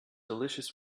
delicious